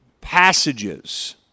passages